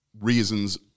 reasons